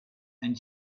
and